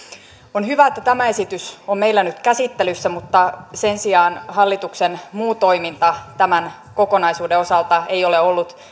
on hyvä että tämä esitys on meillä nyt käsittelyssä mutta sen sijaan hallituksen muu toiminta tämän kokonaisuuden osalta ei ole ollut